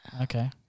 Okay